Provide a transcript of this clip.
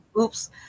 oops